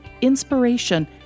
inspiration